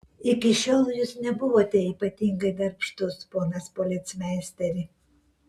iki šiol jūs nebuvote ypatingai darbštus ponas policmeisteri